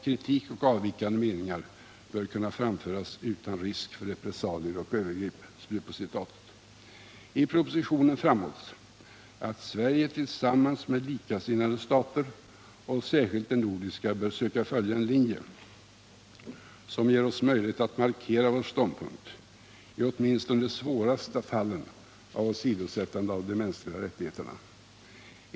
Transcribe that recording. Kritik och avvikande meningar bör kunna framföras utan risk för repressalier och övergrepp.” I propositionen framhålls att Sverige tillsammans med likasinnade stater och särskilt de nordiska bör söka följa en linje som ger oss möjlighet att markera vår ståndpunkt i åtminstone de svåraste fallen av åsidosättande av de mänskliga rättigheterna.